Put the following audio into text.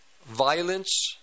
violence